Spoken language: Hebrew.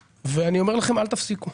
ואני אומר לכם אל תפסיקו.